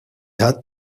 had